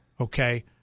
Okay